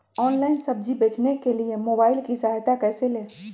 Online सब्जी बेचने के लिए मोबाईल की सहायता कैसे ले?